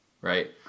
right